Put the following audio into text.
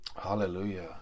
Hallelujah